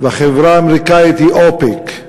והחברה האמריקנית היא "אופקו".